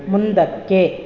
ಮುಂದಕ್ಕೆ